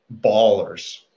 ballers